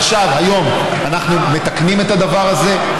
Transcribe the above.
עכשיו, היום, אנחנו מתקנים את הדבר הזה.